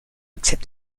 accept